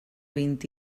vint